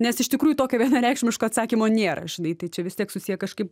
nes iš tikrųjų tokio vienareikšmiško atsakymo nėra žinai tai čia vis tiek susiję kažkaip